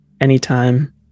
Anytime